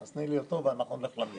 אז תני לי אותו ואנחנו נלך למליאה.